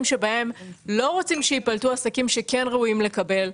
שבהם לא רוצים שייפלטו עסקים שכן ראויים לקבל,